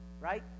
Right